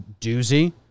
doozy